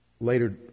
Later